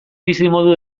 bizimodu